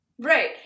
Right